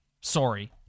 Sorry